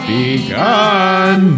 begun